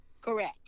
Correct